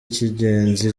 cy’ingenzi